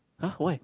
!huh! why